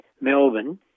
Melbourne